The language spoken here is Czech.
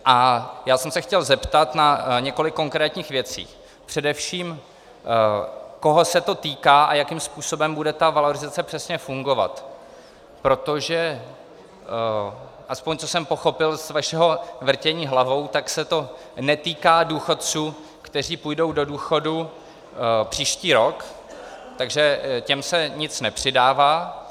A chtěl jsem se zeptat na několik konkrétních věcí, především koho se to týká a jakým způsobem bude ta valorizace přesně fungovat, protože aspoň co jsem pochopil z vašeho vrtění hlavou, tak se to netýká důchodců, kteří půjdou do důchodu příští rok, takže těm se nic nepřidává.